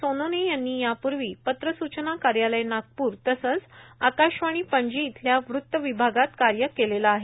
सोनोने यांनी यापूर्वी पत्रसूचना कार्यालय नागपूर तसंच आकाशवाणी पणजी इथल्या वृत्त विभागात कार्य केलेलं आहे